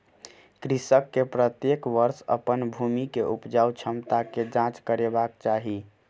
कृषक के प्रत्येक वर्ष अपन भूमि के उपजाऊ क्षमता के जांच करेबाक चाही